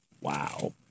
Wow